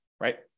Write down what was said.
right